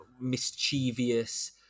mischievous